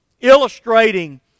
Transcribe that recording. illustrating